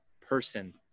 person